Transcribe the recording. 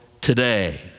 today